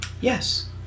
Yes